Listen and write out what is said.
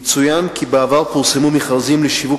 יצוין כי בעבר פורסמו מכרזים לשיווק